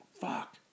Fuck